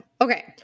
okay